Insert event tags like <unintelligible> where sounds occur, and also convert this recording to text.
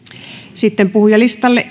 sitten puhujalistalle <unintelligible>